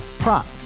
Prop